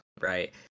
right